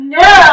no